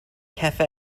cafe